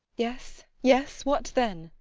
yes, yes what then?